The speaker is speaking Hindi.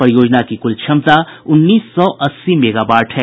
परियोजना की कुल क्षमता उन्नीस सौ अस्सी मेगावाट है